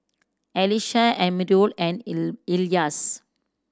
Alyssa Amirul and Elyas